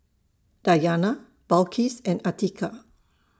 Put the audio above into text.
Dayana Balqis and Atiqah